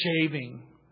shaving